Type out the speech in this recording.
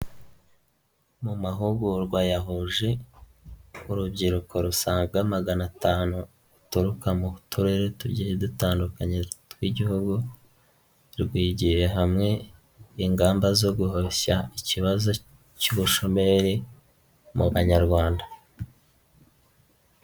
Mu mahugurwa yahuje urubyiruko rusaga magana atanu ruturuka mu Turere tugiye dutandukanye tw'Igihugu rwigiye hamwe ingamba zo guhashya ikibazo cy'ubushomeri mu banyarwanda.